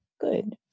good